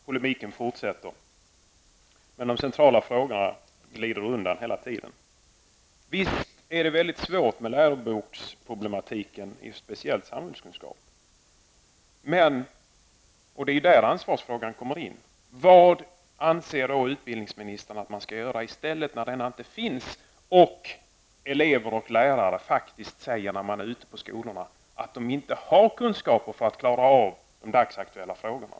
Herr talman! Polemiken fortsätter, men de centrala frågorna glider hela tiden undan. Visst är det svårt med läroboksproblematiken i speciellt samhällskunskap. Där kommer ansvarsfrågan in: Vad anser utbildningsministern att man skall göra i stället när det inte finns några böcker och elever och lärare säger att de inte har kunskaper för att klara av de dagsaktuella frågorna?